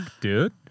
dude